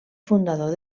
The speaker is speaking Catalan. fundador